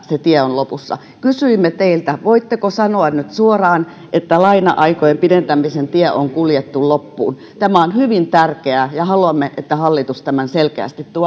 se tie on lopussa kysyimme teiltä voitteko sanoa nyt suoraan että laina aikojen pidentämisen tie on kuljettu loppuun tämä on hyvin tärkeää ja haluamme että hallitus tämän selkeästi tuo